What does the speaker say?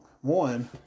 One